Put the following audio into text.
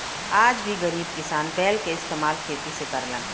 आज भी गरीब किसान बैल के इस्तेमाल खेती में करलन